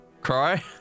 cry